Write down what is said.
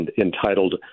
entitled